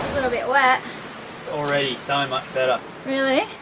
little bit wet already so much better really?